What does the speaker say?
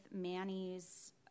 Manny's